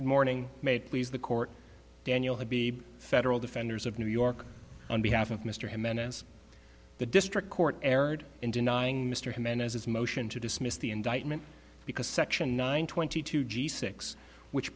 morning mate please the court daniel had be federal defenders of new york on behalf of mr jimenez the district court erred in denying mr jimenez his motion to dismiss the indictment because section nine twenty two g six which